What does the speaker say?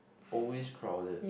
always crowded